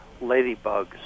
ladybugs